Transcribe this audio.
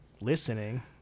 listening